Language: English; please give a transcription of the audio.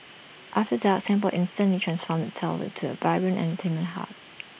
after dark Singapore instantly transforms itself into A vibrant entertainment hub